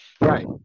right